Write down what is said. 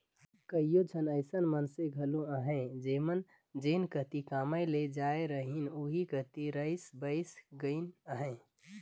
कइयो झन अइसन मइनसे घलो अहें जेमन जेन कती कमाए ले जाए रहिन ओही कती रइच बइस गइन अहें